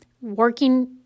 working